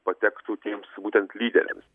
patektų tiems būtent lyderiams